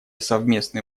совместные